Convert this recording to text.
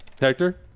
Hector